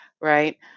right